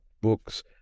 books